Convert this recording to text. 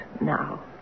now